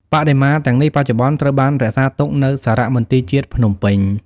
បដិមាទាំងនេះបច្ចុប្បន្នត្រូវបានរក្សាទុកនៅសារមន្ទីរជាតិភ្នំពេញ។